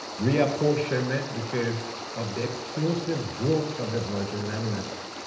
reapportionment because of the explosive growth of the virgin islands